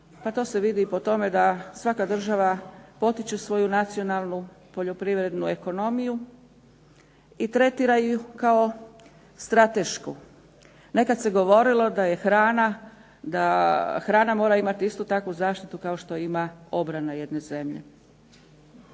Pa to se vidi i po tome da svaka država potiče svoju nacionalnu poljoprivrednu ekonomiju i tretira ju kao stratešku. Nekad se govorilo da je hrana, da hrana mora imati istu takvu zaštitu kao što ima obrana jedne zemlje.